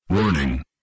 Warning